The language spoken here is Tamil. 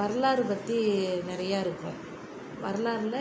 வரலாறு பற்றி நிறைய இருக்கும் வரலாறில்